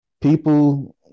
People